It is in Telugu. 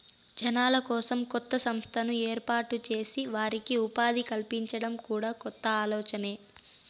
జనాల కోసం కొత్త సంస్థను ఏర్పాటు చేసి వారికి ఉపాధి కల్పించడం కూడా కొత్త ఆలోచనే